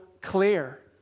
clear